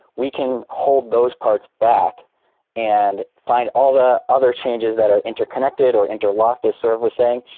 we can hold those parts back and find all the other changes that are interconnected or interlocked, as saurav was saying,